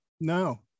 No